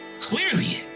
Clearly